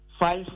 five